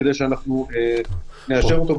כדי שנאשר אותו.